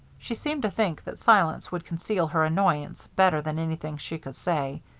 she seemed to think that silence would conceal her annoyance better than anything she could say.